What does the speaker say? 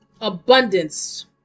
Abundance